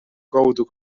kaudu